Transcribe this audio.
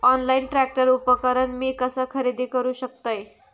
Online tractor उपकरण मी कसा खरेदी करू शकतय?